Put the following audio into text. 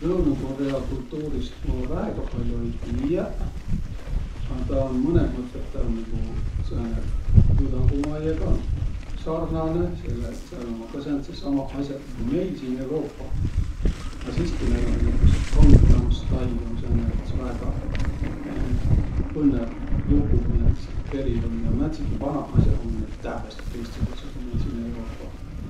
Lõunõ-Korea kultuurist ma väega pall'o ei tiiäq, a taa um mõnõh mõttõh taa um nigu sääne Õdagumaiõga sarnanõ, selle et sääl ummaq kah sääntseq samaq as'aq, nigu meil siin Euruupah. A siski näil um näütüses Gangnam Style um sääne üts väega põnnõv lugu, miä säält peri um ja määntsegi vanaq as'aq ummaq näil tävveste tõistsugudsõq ku meil siin Euruupah.